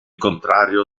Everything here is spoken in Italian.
contrario